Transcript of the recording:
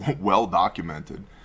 Well-documented